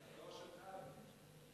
זה היה התור שלך, אדוני.